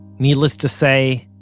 needless to say,